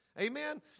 Amen